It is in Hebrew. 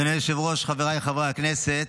אדוני היושב-ראש, חבריי חברי הכנסת,